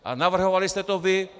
A navrhovali jste to vy.